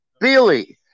Billy